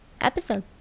episode